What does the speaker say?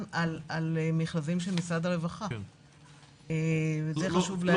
על מכרזים של משרד הרווחה ואת זה חשוב להגיד.